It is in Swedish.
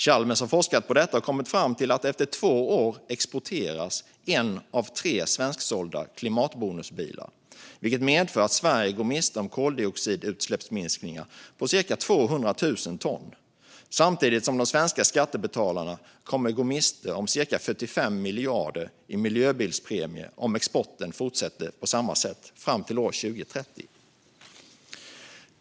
Chalmers har forskat på detta och kommit fram till att en av tre svensksålda klimatbonusbilar exporteras efter två år, vilket medför att Sverige går miste om koldioxidutsläppsminskningar på cirka 200 000 ton samtidigt som de svenska skattebetalarna kommer att gå miste om cirka 45 miljarder i miljöbilspremier om exporten fortsätter på samma sätt fram till år 2030.